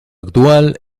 actual